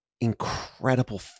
incredible